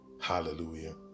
Hallelujah